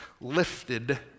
lifted